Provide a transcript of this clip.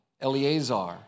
Eleazar